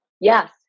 Yes